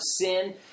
sin